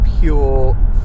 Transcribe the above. pure